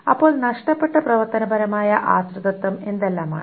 അപ്പോൾ നഷ്ടപ്പെട്ട പ്രവർത്തനപരമായ ആശ്രിതത്വം എന്തെല്ലാമാണ്